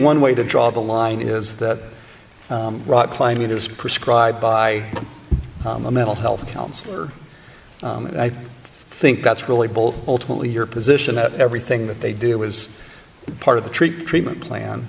one way to draw the line is that rock climbing is prescribed by a mental health counselor and i think that's really bull ultimately your position that everything that they did was part of the treat treatment plan